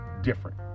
different